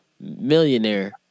millionaire